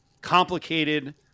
complicated